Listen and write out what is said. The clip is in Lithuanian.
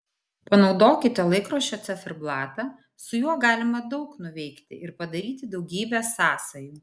panaudokite laikrodžio ciferblatą su juo galima daug nuveikti ir padaryti daugybę sąsajų